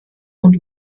und